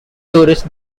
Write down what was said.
tourist